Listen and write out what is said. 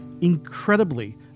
incredibly